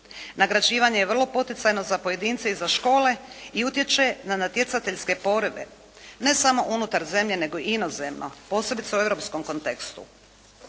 Nagrađivanje je vrlo poticajno za pojedince i za škole i utječe na natjecateljske porive, ne samo unutar zemlje, nego i inozemno, posebice u europskom kontekstu.